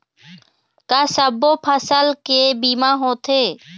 का सब्बो फसल के बीमा होथे?